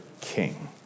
king